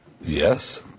Yes